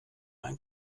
ein